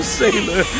sailor